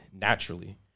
naturally